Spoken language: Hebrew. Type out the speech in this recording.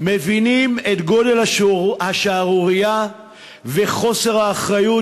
מבינים את גודל השערורייה וחוסר האחריות